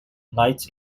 light